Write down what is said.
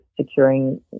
securing